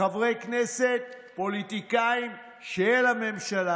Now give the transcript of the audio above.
חברי כנסת, פוליטיקאים של הממשלה.